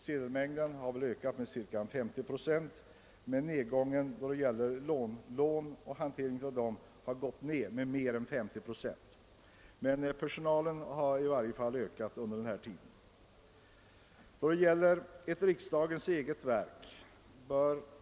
Sedelmängden har väl ökat med cirka 50 procent, men nedgången i lånehanteringen överstiger 50 procent. Trots detta har personalstyrkan : blivit större under den här tiden. Beträffande ett riksdagens eget verk bör.